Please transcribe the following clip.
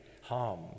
harm